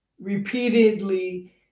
repeatedly